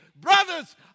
brothers